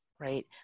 right